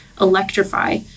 electrify